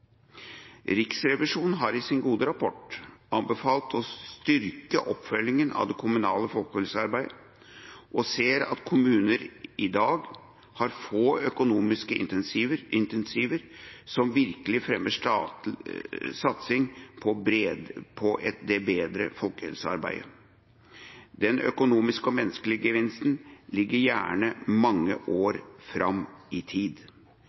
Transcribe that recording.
styrke oppfølgingen av det kommunale folkehelsearbeidet, og vi ser at kommuner i dag har få økonomiske insentiver som virkelig fremmer satsing på det brede folkehelsearbeidet. Den økonomiske og menneskelige gevinsten ligger gjerne mange år fram i tid.